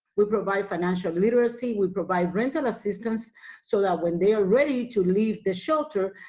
we provide financial literacy, we provide rental assistance so that when they are ready to leave the shelter,